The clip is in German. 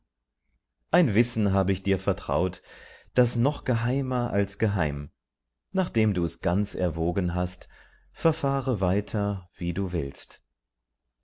ein wissen hab ich dir vertraut das noch geheimer als geheim nachdem du's ganz erwogen hast verfahre weiter wie du willst